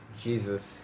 Jesus